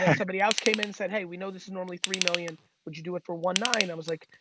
and somebody else came in, said, hey, we know this is normally three million, would you do it for one point nine, i was like,